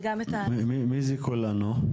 מי זה כולנו?